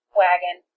wagon